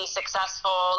successful